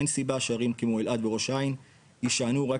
אין סיבה שערים כמו אלעד וראש העין יישענו רק